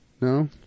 No